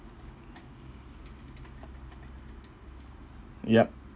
yup